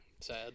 Sad